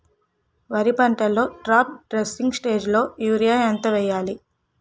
వరి పంటలో top dressing స్టేజిలో యూరియా ఎంత వెయ్యాలి?